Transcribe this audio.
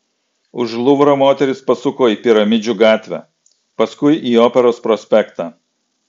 už luvro moterys pasuko į piramidžių gatvę paskui į operos prospektą